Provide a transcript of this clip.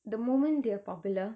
the moment they are popular